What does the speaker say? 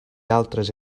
altres